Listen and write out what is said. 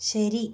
ശരി